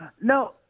no